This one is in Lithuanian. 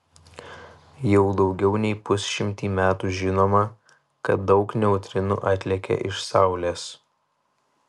jau daugiau nei pusšimtį metų žinoma kad daug neutrinų atlekia iš saulės